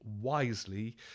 wisely